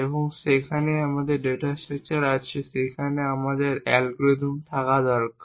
এবং যেখানেই আমাদের ডেটা স্ট্রাকচার আছে সেখানে আমাদের অ্যালগরিদম থাকা দরকার